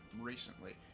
recently